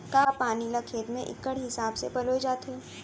का पानी ला खेत म इक्कड़ हिसाब से पलोय जाथे?